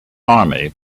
army